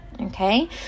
Okay